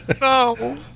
No